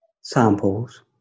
samples